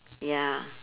ya